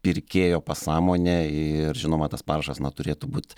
pirkėjo pasąmonę ir žinoma tas parašas na turėtų būt